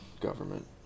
government